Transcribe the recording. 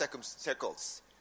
circles